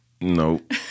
Nope